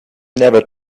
never